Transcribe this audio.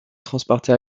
transporter